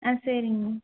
ஆ சரிங்கண்ணா